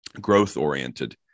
growth-oriented